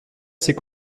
ses